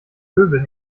möbel